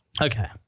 Okay